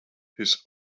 his